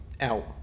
out